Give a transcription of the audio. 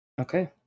Okay